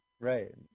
right